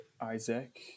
isaac